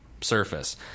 surface